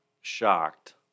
shocked